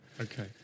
Okay